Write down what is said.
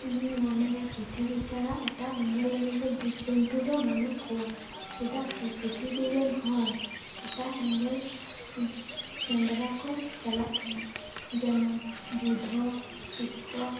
ᱤᱧᱤᱧ ᱢᱚᱱᱮᱭᱟ ᱯᱤᱛᱷᱤᱵᱤ ᱪᱷᱟᱲᱟ ᱮᱴᱟᱜᱟ ᱮᱸᱜᱮᱞ ᱨᱮᱫᱚ ᱡᱤᱵ ᱡᱚᱱᱛᱩ ᱫᱚ ᱵᱟᱹᱱᱩᱜ ᱠᱚᱣᱟ ᱫᱮᱫᱟᱜ ᱥᱮ ᱯᱤᱛᱷᱤᱵᱤ ᱨᱮᱱ ᱦᱚᱲ ᱮᱴᱟᱜ ᱮᱸᱜᱟᱞ ᱥᱮᱸᱫᱽᱨᱟ ᱠᱚ ᱪᱟᱞᱟᱜ ᱠᱟᱱᱟ ᱡᱮᱢᱚᱱ ᱵᱩᱫᱷᱚ ᱥᱤᱠᱨᱚ